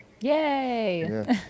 Yay